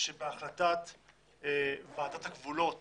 שבהחלטת ועדת הגבולות